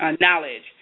knowledge